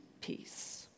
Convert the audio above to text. peace